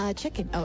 chicken